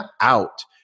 out